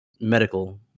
medical